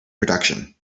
production